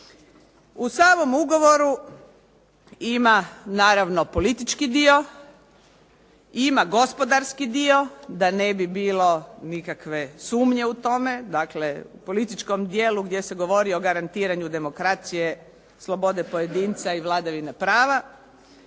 U samom ugovoru ima naravno politički dio i ima gospodarski dio da ne bi bilo nikakve sumnje u tome, dakle, političkom dijelu gdje se govori o garantiranju demokracije, slobode pojedinca i vladavine prava.